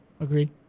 agreed